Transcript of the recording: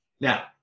Now